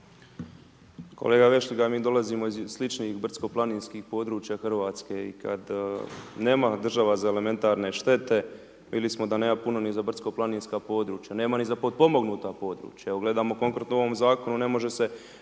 Kolega Vešligaj, mi dolazimo iz sličnih brdsko planinskih područja Hrvatske i kada nema država za elementarne štete, vidjeli smo da nema puno ni za brdsko planinska područja, nema ni za potpomognuta područja. Gledamo konkretno u ovom zakonu, ne može se